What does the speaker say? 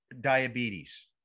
diabetes